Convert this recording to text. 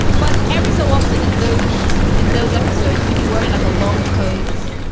but every so often in those in those episodes, he'd be wearing like a long coat.